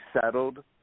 settled